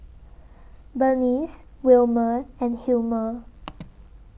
Bernice Wilmer and Hilmer